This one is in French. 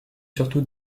surtout